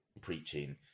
preaching